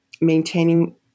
maintaining